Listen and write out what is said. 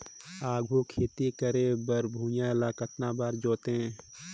आघु खेती करे बर भुइयां ल कतना म जोतेयं?